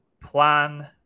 plan